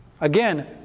Again